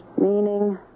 Meaning